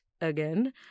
again